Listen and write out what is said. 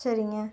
சரிங்க